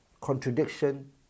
contradiction